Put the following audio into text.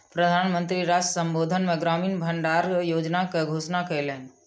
प्रधान मंत्री राष्ट्र संबोधन मे ग्रामीण भण्डार योजना के घोषणा कयलैन